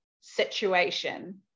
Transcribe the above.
situation